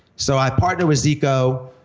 so i partnered with zico,